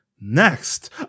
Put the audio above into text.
next